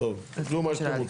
טוב, תקריאו מה שאתם רוצים.